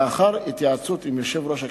לאחר התייעצות עם יושב-ראש הכנסת,